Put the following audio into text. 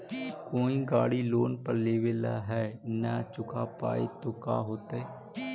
कोई गाड़ी लोन पर लेबल है नही चुका पाए तो का होतई?